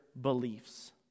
beliefs